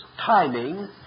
timing